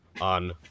on